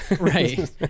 Right